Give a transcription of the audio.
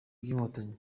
by’inkotanyi